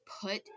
put